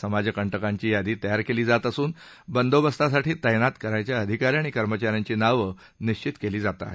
समाजकंटकांची यादी तयार केली जात असून बंदोबस्तासाठी तैनात करण्याच्या अधिकारी आणि कर्मचा यांची नावं निश्चित केली जात येत आहेत